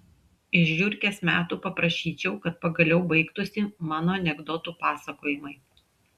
iš žiurkės metų paprašyčiau kad pagaliau baigtųsi mano anekdotų pasakojimai